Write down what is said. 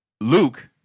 Luke